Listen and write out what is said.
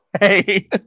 Hey